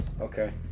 okay